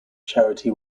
charity